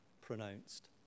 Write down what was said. pronounced